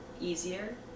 easier